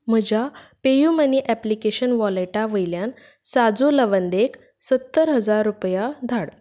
म्हज्या पेयूमनी ऍप्लिकेशन वॉलेटा वयल्यान साजू लवंदेक सत्तर हजार रुपया धाड